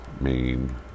Main